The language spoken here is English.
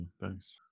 Thanks